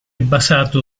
basato